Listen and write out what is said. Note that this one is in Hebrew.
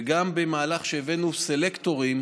גם במהלך שבו הבאנו סלקטורים,